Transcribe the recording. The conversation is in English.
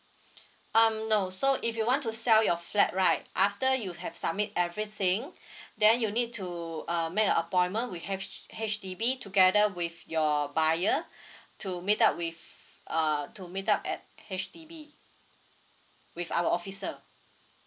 um no so if you want to sell your flat right after you have submit everything then you need to uh make a appointment with H H_D_B together with your buyer to meet up with uh to meet up at H_D_B with our officer